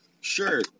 Sure